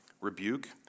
rebuke